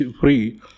free